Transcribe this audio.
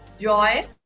Joy